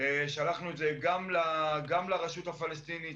שלחנו את זה גם לרשות הפלסטינית,